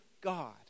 God